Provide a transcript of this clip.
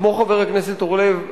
כמו חבר הכנסת אורלב,